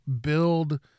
build